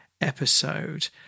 episode